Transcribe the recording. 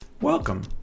Welcome